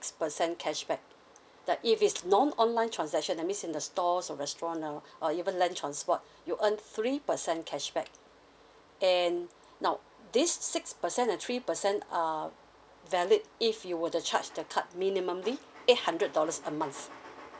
percent cashback that if it's non online transaction I mean in the stores or restaurant ah or even land transport you earn three percent cashback and now this six percent and three percent are valid if you were to charge the card minimally eight hundred dollars a month